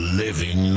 living